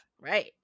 right